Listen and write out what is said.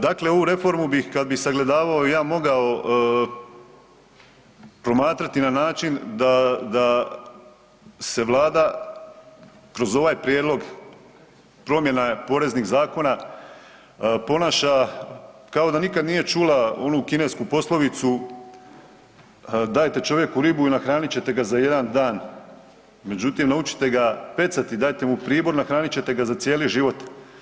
Dakle, ovu reformu bih, kad bih sagledavao ja mogao promatrati na način da se Vlada kroz ovaj prijedlog promjena poreznih zakona ponaša kao da nikad nije čula onu kinesku poslovicu, dajte čovjeku ribu i nahraniti ćete ga za jedan dan, međutim, naučite ga pecati i dajte mu pribor, nahraniti ćete ga za cijeli život.